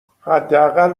حداقل